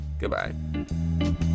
Goodbye